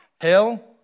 hell